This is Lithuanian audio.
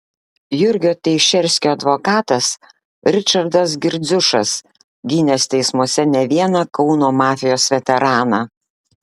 jurgio teišerskio advokatas ričardas girdziušas gynęs teismuose ne vieną kauno mafijos veteraną